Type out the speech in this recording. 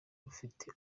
rufite